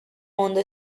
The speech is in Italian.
mondo